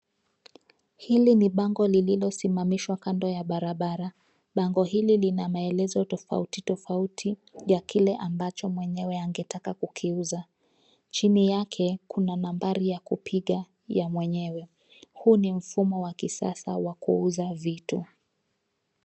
Hili ni bango lililosimamishwa kando ya barabara. Bango hili lina maelezo tofauti tofauti ya kile ambacho mwenyewe angetaka kukiuza. Chini yake, kuna nambari ya kupiga ya mwenyewe. Huu ni mfumo wa kisasa wa kuuza vitu.